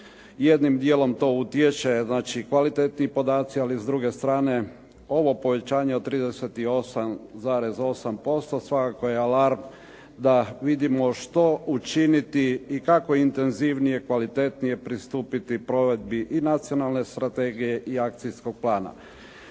jednim dijelom to utječe, znači kvalitetniji podaci, ali s druge strane ovo povećanje od 38,8% svakako je alarm da vidimo što učiniti i kako intenzivnije, kvalitetnije pristupiti provedbi i nacionalne strategije i akcijskog plana.